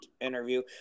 interview